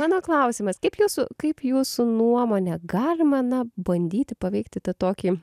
mano klausimas kaip jūsų kaip jūsų nuomone galima na bandyti paveikti tą tokį